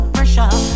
Pressure